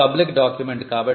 ఇది public document